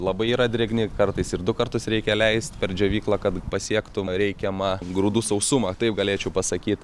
labai yra drėgni kartais ir du kartus reikia leist per džiovyklą kad pasiektum reikiamą grūdų sausumą taip galėčiau pasakyt